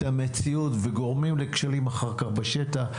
המציאות וגורמים לכשלים אחר כך בשטח.